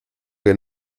que